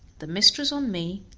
the mistress on me,